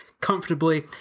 comfortably